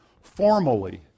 formally